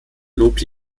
lobte